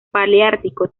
paleártico